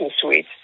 Suite